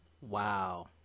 Wow